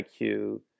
IQ